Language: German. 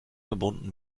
verbunden